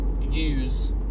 use